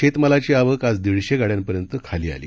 शेतमालाची आवक आज दीडशे गाड्यांपर्यंत खाली आली